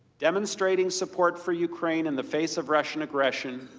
demonstrating support for ukraine in the face of russian aggression,